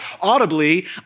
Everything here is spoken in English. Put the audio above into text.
audibly